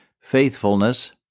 faithfulness